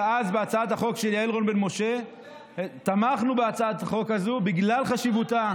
שאז בהצעת החוק של יעל רון בן משה תמכנו בהצעת החוק הזו בגלל חשיבותה.